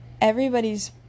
everybody's